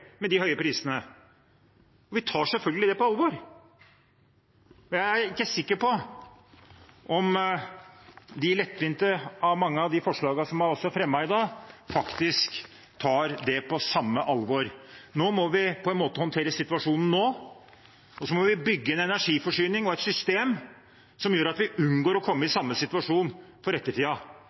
med de høye prisene, og vi tar selvfølgelig det på alvor. Jeg er ikke sikker på om de lettvinte forslagene – mange av dem som er fremmet i dag – faktisk tar det på samme alvor. Nå må vi håndtere situasjonen, og så må vi bygge en energiforsyning og et system som gjør at vi for ettertiden unngår å komme i samme situasjon.